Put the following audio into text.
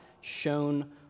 shown